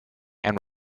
and